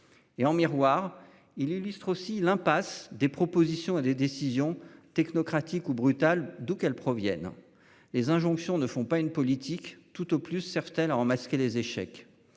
Et en miroir il illustre aussi l'impasse des propositions et des décisions technocratiques ou brutal d'où qu'elle provienne les injonctions ne font pas une politique. Tout au plus, certaines en masquer les échecs.